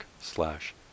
slash